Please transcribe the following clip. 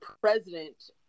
president